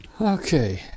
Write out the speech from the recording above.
okay